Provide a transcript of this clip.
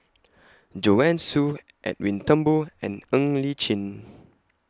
Joanne Soo Edwin Thumboo and Ng Li Chin